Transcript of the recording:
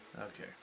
Okay